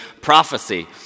prophecy